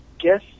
guess